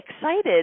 excited